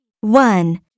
One